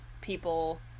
people